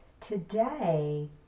Today